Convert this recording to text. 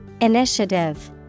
Initiative